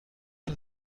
das